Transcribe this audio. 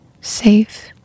safe